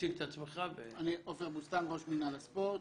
אני עופר בוסתן, ראש מינהל הספורט.